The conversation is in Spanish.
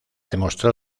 demostró